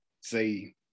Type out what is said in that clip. say